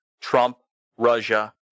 Trump-Russia